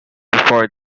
before